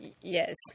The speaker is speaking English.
Yes